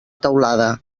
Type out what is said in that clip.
teulada